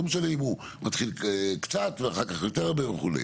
לא משנה אם הוא מתחיל קצת ואחר כך יותר הרבה וכו',